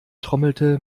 trommelte